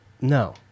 no